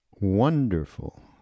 wonderful